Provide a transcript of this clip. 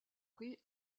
prix